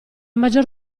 maggior